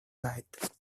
night